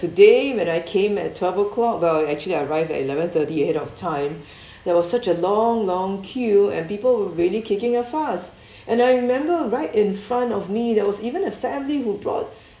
today when I came at twelve o'clock but actually I arrived at eleven thirty ahead of time there was such a long long queue and people were really kicking a fuss and I remember right in front of me there was even a family who brought